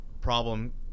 problem